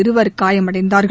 இருவர் காயமடைந்தார்கள்